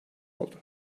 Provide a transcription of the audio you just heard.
oldu